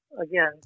again